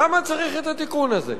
למה צריך את התיקון הזה?